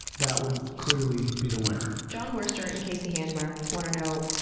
that would clearly be the winner. john worster and casey handmer want to know